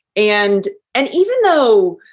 and and even though,